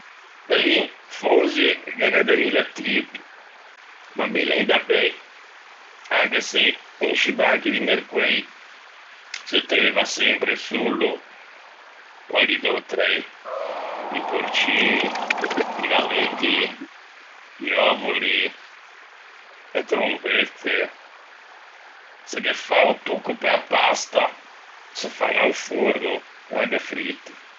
Bellin fonzi ghe n'é de mille tipi, ma mille in davei, anche se in scî banchi di mercoei se treuva sempre e solo quelli dötrei, i porcin, i galletti, i òvoli e trombette. Se ghe fa o tocco pe-a pasta, se fan a-o forno e anche friti.